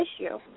issue